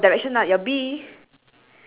mine has only one bee you have how many bees